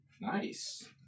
Nice